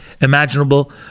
imaginable